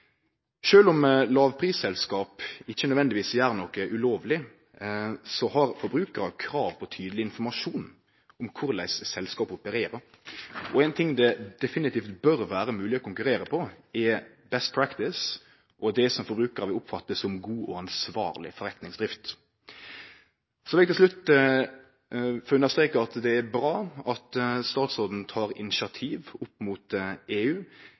om lågprisselskap ikkje nødvendigvis gjer noko ulovleg, har forbrukarar krav på tydeleg informasjon om korleis selskap opererer. Og éin ting det definitivt bør vere mogleg å konkurrere på, er «best practice» og det som forbrukarar vil oppfatte som god og ansvarleg forretningsdrift. Eg vil til slutt understreke at det er bra at statsråden tar initiativ overfor EU.